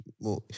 more